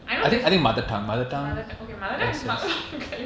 I know there's mother t~ okay mother tongue is marked locally